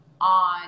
on